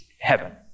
heaven